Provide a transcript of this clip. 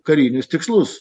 karinius tikslus